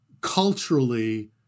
culturally